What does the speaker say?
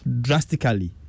drastically